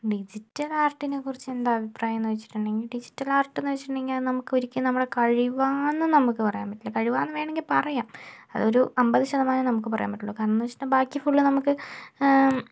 digital ആർട്ടിനെ കുറിച്ച് എന്താ അഭിപ്രായമെന്ന് ചോദിച്ചിട്ടുണ്ടെങ്കിൽ ഡിജിറ്റൽ ആർട്ടെന്ന് വെച്ചിട്ടുണ്ടെങ്കിൽ നമുക്ക് ഒരിക്കൽ നമ്മുടെ കഴിവാണെന്നൊന്നും നമുക്ക് പറയാനൊന്നും നമുക്ക് പറ്റില്ല കഴിവാന്നും വേണെങ്കിൽ പറയാം അത് ഒരു അൻപത് ശതമാനം നമുക്ക് പറയാൻ പറ്റുവൊള്ളൂ കാരണമെന്നുവെച്ചാൽ ബാക്കി ഫുൾ നമുക്ക്